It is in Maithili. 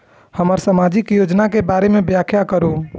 हमरा सामाजिक योजना के बारे में व्याख्या करु?